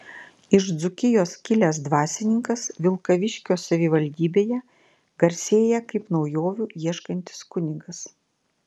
iš dzūkijos kilęs dvasininkas vilkaviškio savivaldybėje garsėja kaip naujovių ieškantis kunigas